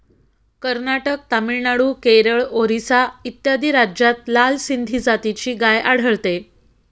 कर्नाटक, तामिळनाडू, केरळ, ओरिसा इत्यादी राज्यांत लाल सिंधी जातीची गाय आढळते